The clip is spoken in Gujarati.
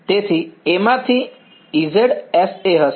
તેથી A માંથી Ez sA હશે